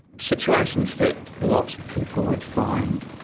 situations that lots of people would find